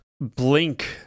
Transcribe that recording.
blink